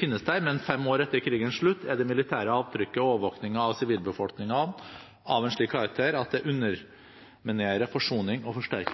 finnes der, men fem år etter krigens slutt er det militære avtrykket og overvåkningen av sivilbefolkningen av en slik karakter at det underminerer forsoning og forsterker